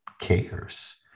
cares